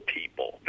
people